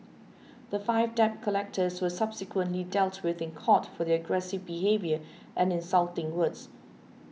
the five debt collectors were subsequently dealt with in court for their aggressive behaviour and insulting words